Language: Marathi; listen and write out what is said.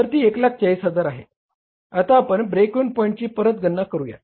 तर ती 140000 आहे आता आपण ब्रेक इव्हन पॉईंची परत गणना करूया